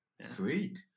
Sweet